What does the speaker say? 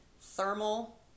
thermal